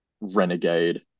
renegade